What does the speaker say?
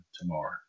tomorrow